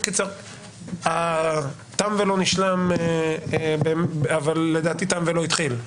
בקיצור, תם ולא נשלם, אבל לדעתי תם ולא התחיל.